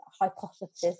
hypothesis